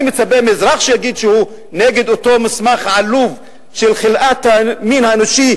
אני מצפה מאזרח שיגיד שהוא נגד אותו מסמך עלוב של חלאת המין האנושי,